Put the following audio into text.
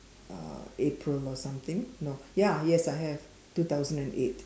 uh April or something no ya yes I have two thousand and eight